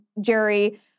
Jerry